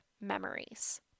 memories